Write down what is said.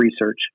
research